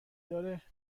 داره